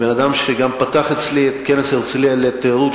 בן-אדם שגם פתח אצלי את כנס הרצלייה לתיירות,